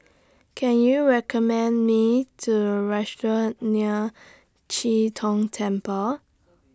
Can YOU recommend Me to A Restaurant near Chee Tong Temple